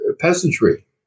peasantry